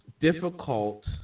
difficult